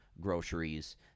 groceries